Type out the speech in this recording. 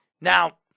Now